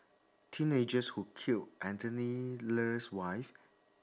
teenagers who killed Anthony Ler's wife